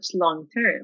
long-term